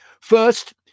First